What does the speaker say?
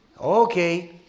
Okay